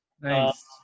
Nice